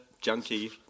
junkie